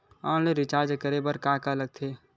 Online recharge करे बर का का करे ल लगथे?